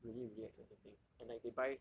really really expensive things and like they buy